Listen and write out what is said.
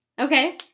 Okay